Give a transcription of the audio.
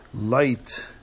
light